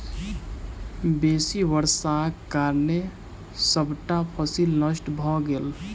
बेसी वर्षाक कारणें सबटा फसिल नष्ट भ गेल